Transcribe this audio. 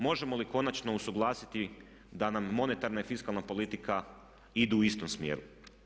Možemo li konačno usuglasiti da nam monetarna i fiskalna politika idu u istom smjeru.